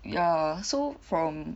ya so from